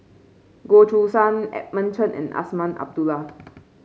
Goh Choo San Edmund Chen and Azman Abdullah